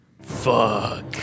Fuck